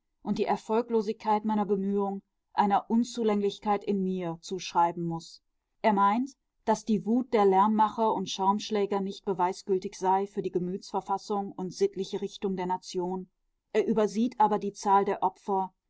und die erfolglosigkeit meiner bemühung einer unzulänglichkeit in mir zuschreiben muß er meint daß die wut der lärmmacher und schaumschläger nicht beweisgültig sei für die gemütsverfassung und sittliche richtung der nation er übersieht aber die zahl der opfer